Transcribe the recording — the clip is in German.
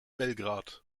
belgrad